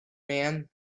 man